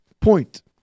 point